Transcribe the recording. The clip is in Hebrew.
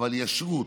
אבל ישרות,